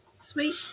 Sweet